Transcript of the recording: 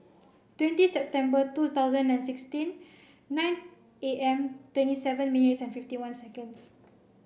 twenty September two thousand and sixteen nine A M twenty seven minutes and fifty one seconds